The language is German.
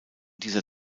dieser